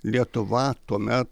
lietuva tuome